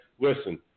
Listen